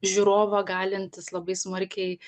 žiūrovą galintis labai smarkiai